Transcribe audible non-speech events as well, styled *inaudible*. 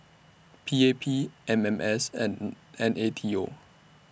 P A P M M S and *noise* N A T O